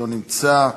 לא נמצא.